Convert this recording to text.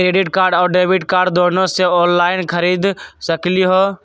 Credit card और debit card दोनों से ऑनलाइन खरीद सकली ह?